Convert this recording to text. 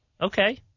okay